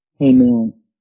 Amen